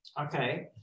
okay